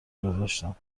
گذاشتم